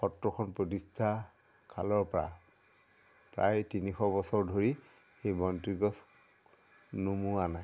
সত্ৰখন প্ৰতিষ্ঠা কালৰ পৰা প্ৰায় তিনিশ বছৰ ধৰি সেই বন্তিগছ নুমুৱা নায়